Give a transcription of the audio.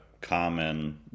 common